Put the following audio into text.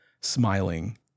smiling